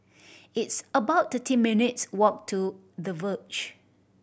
it's about thirty minutes' walk to The Verge